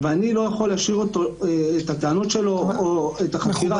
אני לא יכול להשאיר את הטענות שלו או את החקירה